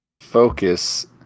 focus